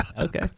Okay